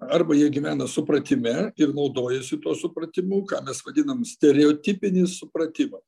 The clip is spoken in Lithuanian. arba jie gyvena supratime ir naudojasi tuo supratimu ką mes vadinam stereotipinį supratimą